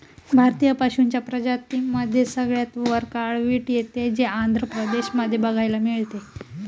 भारतीय पशूंच्या प्रजातींमध्ये सगळ्यात वर काळवीट येते, जे आंध्र प्रदेश मध्ये बघायला मिळते